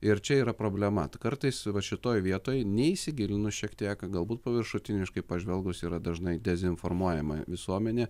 ir čia yra problema tai kartais va šitoje vietoj neįsigilinus šiek tiek galbūt paviršutiniškai pažvelgus yra dažnai dezinformuojama visuomenė